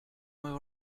will